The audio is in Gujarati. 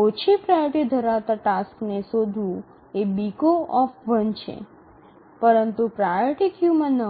ઓછી પ્રાઓરિટી ધરાવતા ટાસ્કને શોધવું એ O છે પરંતુ પ્રાઓરિટી ક્યૂમાં